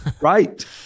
Right